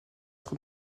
être